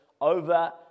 over